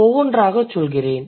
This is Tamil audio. ஒவ்வொன்றாகச் சொல்கிறேன்